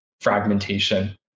fragmentation